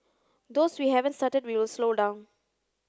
those we haven't started we'll slow down